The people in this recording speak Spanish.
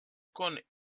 con